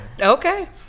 Okay